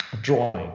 drawing